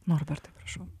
norbertai prašau